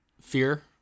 fear